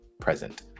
present